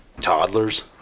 toddlers